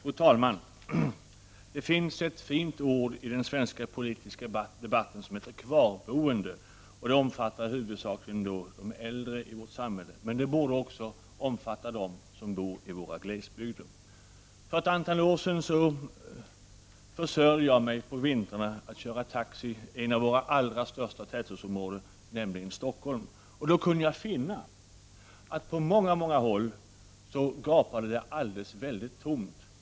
Fru talman! Det finns ett fint ord i den svenska politiska debatten som heter kvarboende. Det omfattar huvudsakligen de äldre i vårt samhälle, men det borde också omfatta dem som bor i våra glesbygder. För ett antal år sedan försörjde jag mig under vintrarna med att köra taxi i ett av våra allra största tätortsområden, nämligen Stockholm. Jag kunde då finna att det på många håll gapade enormt tomt.